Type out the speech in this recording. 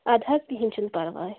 اَدٕ حظ کہینۍ چھُنہٕ پَرواے